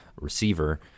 receiver